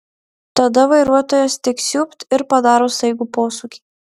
tada vairuotojas tik siūbt ir padaro staigų posūkį